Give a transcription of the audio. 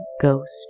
ghost